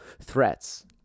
threats